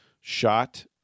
shot